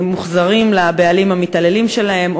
מוחזרים לבעלים המתעללים שלהם,